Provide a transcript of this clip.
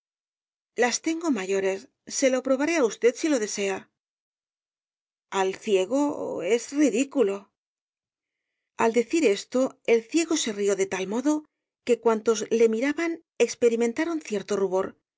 las tengo mayores se lo probaré á usted si lo desea al ciego es ridículo al decir esto el ciego se rió de tal modo que cuantos le miraban experimentaron cierto rubor